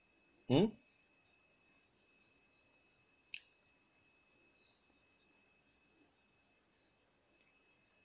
hmm